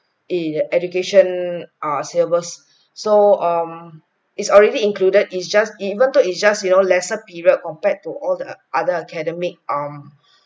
in education err syllabus so um its already included its just even though it's just you know lesser period compared to all the other academic um